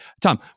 Tom